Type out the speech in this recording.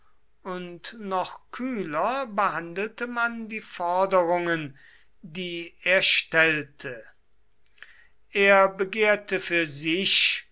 und noch kühler behandelte man die forderungen die er stellte er begehrte für sich